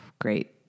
great